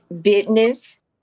business